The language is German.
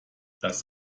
das